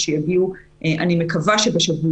במקביל, המגפה מתפשטת